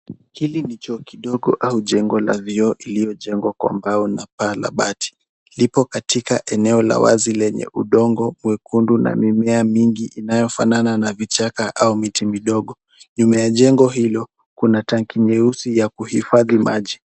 Hili ni choo kidogo au jengo la vioo iliyojengwa kwa mbao na paa la bati, lipo katika eneo la wazi lenye udongo mwekundu na mimea mingi inayofanana na vichaka au miti midogo, nyuma ya jengo hilo kuna tanki nyeusi ya kuhifadhi maji.